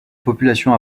population